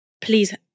Please